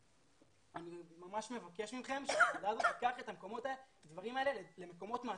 אני ממש מבקש מכם שהוועדה הזו תיקח את הדברים האלה למקומות מעשיים,